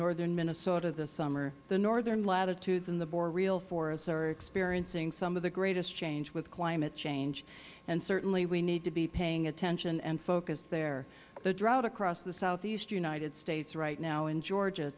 northern minnesota this summer the northern latitudes in the more real forests are experiencing some of the greatest change with climate change and certainly we need to be paying attention and focus there the drought across the southeast united states right now in georgia